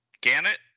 gannett